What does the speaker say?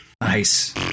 Nice